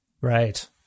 Right